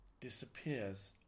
disappears